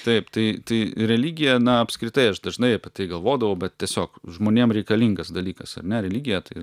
taip tai tai religija na apskritai aš dažnai apie tai galvodavau bet tiesiog žmonėm reikalingas dalykas ar ne religija tai